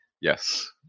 Yes